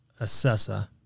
Assessa